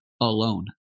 alone